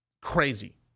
crazy